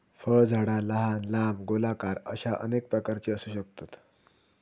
फळझाडा लहान, लांब, गोलाकार अश्या अनेक प्रकारची असू शकतत